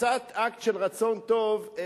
קצת אקט של רצון טוב,